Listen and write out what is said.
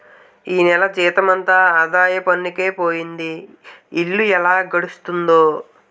ఈ నెల జీతమంతా ఆదాయ పన్నుకే పోయింది ఇల్లు ఎలా గడుస్తుందో